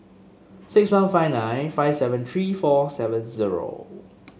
six one five nine five seven three four seven zero